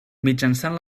mitjançant